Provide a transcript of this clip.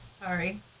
Sorry